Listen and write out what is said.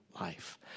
life